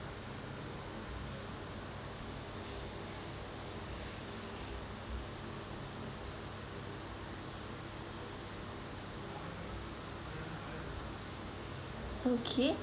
okay